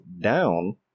down